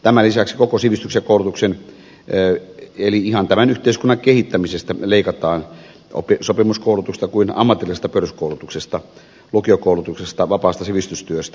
tämän lisäksi koko sivistyksen ja koulutuksen eli ihan tämän yhteiskunnan kehittämisestä leikataan niin oppisopimuskoulutuksesta kuin ammatillisesta peruskoulutuksesta lukiokoulutuksesta vapaasta sivistystyöstä ja niin edelleen